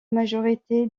majorité